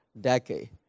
decade